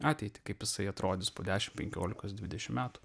ateitį kaip jisai atrodys po dešim penkiolikos dvidešim metų